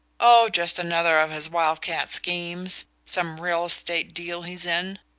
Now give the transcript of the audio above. oh, just another of his wild-cat schemes some real-estate deal he's in.